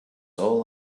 all